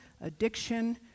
addiction